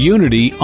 Unity